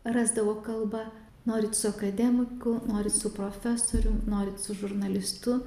rasdavo kalbą norit su akademiku nori su profesorium norit su žurnalistu